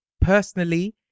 personally